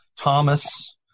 Thomas